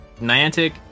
niantic